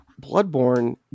Bloodborne